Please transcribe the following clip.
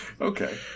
okay